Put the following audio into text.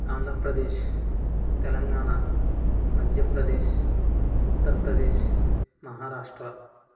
Andhra Pradesh Telangana Madhya Pradesh Uttar Pradesh Maharashtra